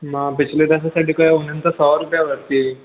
मां पिछले दफ़े सॾु कयो हुओ हुननि त सौ रुपया वरिती हुई